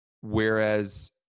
whereas